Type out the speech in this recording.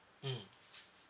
mmhmm